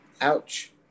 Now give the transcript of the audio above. ouch